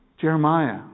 Jeremiah